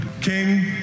king